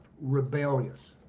Rebellious